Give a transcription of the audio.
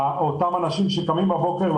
אותם אנשים שקמים בבוקר,